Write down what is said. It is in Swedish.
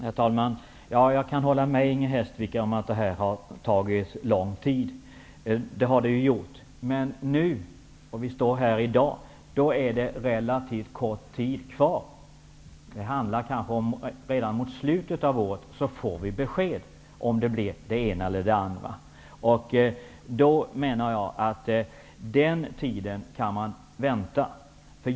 Herr talman! Jag kan hålla med Inger Hestvik om att det tagit lång tid. Men i dag är det relativt kort tid kvar. Vi får kanske redan i slutet av året besked om hur det blir. Jag menar att vi kan vänta under den tiden.